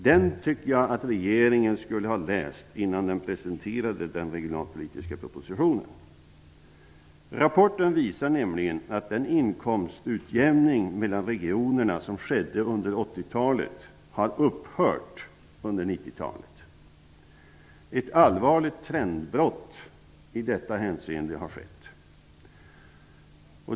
Jag tycker att regeringen skulle ha läst den innan man presenterade den regionalpolitiska propositionen. Rapporten visar nämligen att den inkomstutjämning mellan regionerna som skedde under 80-talet har upphört under 90-talet. Det har skett ett allvarligt trendbrott i detta hänseende.